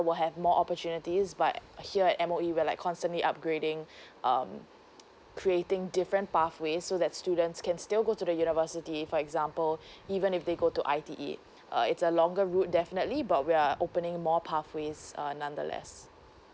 will have more opportunities but here at M_O_E we're like constantly upgrading um creating different pathway so that students can still go to the university for example even if they go to I_T_E uh it's a longer route definitely but we're opening more pathways uh nonetheless